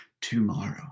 tomorrow